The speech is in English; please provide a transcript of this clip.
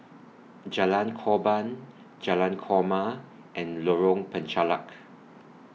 Jalan Korban Jalan Korma and Lorong Penchalak